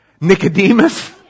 Nicodemus